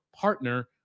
partner